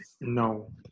No